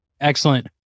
Excellent